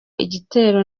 igitero